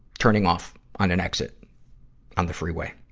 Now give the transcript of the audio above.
turning off on an exit on the freeway.